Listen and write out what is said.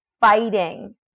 fighting